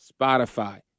Spotify